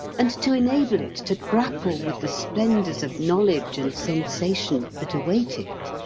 and to enable it to grapple with the splendours of knowledge and sensation that await it!